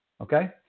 Okay